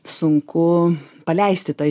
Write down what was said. sunku paleisti tą